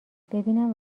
ببینم